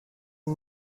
you